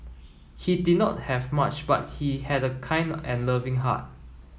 he did not have much but he had a kind and loving heart